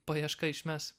paieška išmes